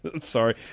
Sorry